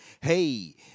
Hey